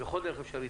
בכל דרך אפשרית,